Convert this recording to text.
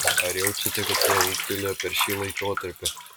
ar jaučiate kad jie ūgtelėjo per šį laikotarpį